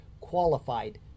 qualified